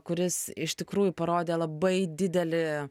kuris iš tikrųjų parodė labai didelį